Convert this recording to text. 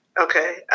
Okay